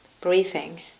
breathing